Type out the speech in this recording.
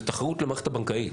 זה תחרות למערכת הבנקאית,